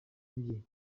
bye